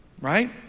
Right